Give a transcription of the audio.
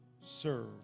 serve